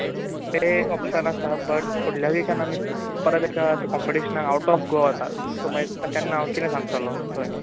तें ओपशन आसा बट फुडल्या विकांत आमी परत कोम्पटिशनाक आउट ऑफ गोवा वतात तेन्ना हांव कितें सांगतलो थंय